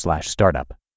startup